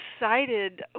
excited